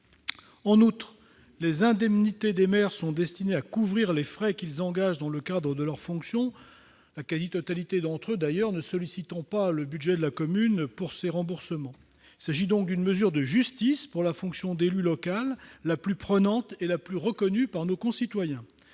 En outre, les indemnités des maires sont destinées à couvrir les frais qu'ils engagent dans le cadre de leurs fonctions. D'ailleurs, la quasi-totalité d'entre eux ne sollicitent pas le budget de leur commune pour se faire rembourser. Il s'agit d'une mesure de justice, la fonction d'élu local étant la plus prenante et la plus reconnue par nos concitoyens.